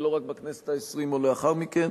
ולא רק בכנסת העשרים או לאחר מכן.